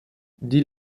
die